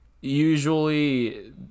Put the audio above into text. usually